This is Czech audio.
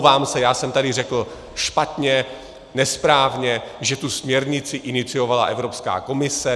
Omlouvám se, já jsem tady řekl špatně, nesprávně, že tu směrnici iniciovala Evropská komise.